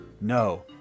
No